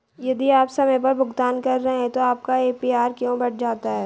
यदि आप समय पर भुगतान कर रहे हैं तो आपका ए.पी.आर क्यों बढ़ जाता है?